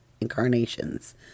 incarnations